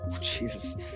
Jesus